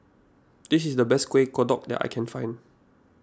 this is the best Kuih Kodok that I can find